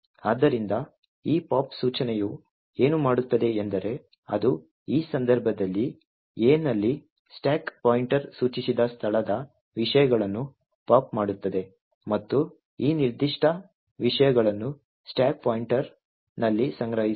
ಆದ್ದರಿಂದ ಈ ಪಾಪ್ ಸೂಚನೆಯು ಏನು ಮಾಡುತ್ತದೆ ಎಂದರೆ ಅದು ಈ ಸಂದರ್ಭದಲ್ಲಿ A ನಲ್ಲಿ ಸ್ಟಾಕ್ ಪಾಯಿಂಟರ್ ಸೂಚಿಸಿದ ಸ್ಥಳದ ವಿಷಯಗಳನ್ನು ಪಾಪ್ ಮಾಡುತ್ತದೆ ಮತ್ತು ಈ ನಿರ್ದಿಷ್ಟ ವಿಷಯಗಳನ್ನು ಸ್ಟಾಕ್ ಪಾಯಿಂಟರ್ನಲ್ಲಿ ಸಂಗ್ರಹಿಸುತ್ತದೆ